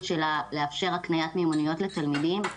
שלה לאפשר הקניית מיומנויות לתלמידים,